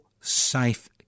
safe